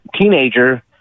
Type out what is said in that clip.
teenager